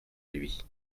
lui